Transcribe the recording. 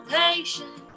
patient